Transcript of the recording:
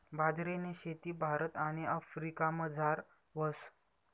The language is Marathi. बाजरीनी शेती भारत आणि आफ्रिकामझार व्हस